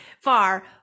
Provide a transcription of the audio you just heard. far